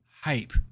hype